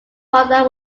mother